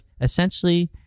essentially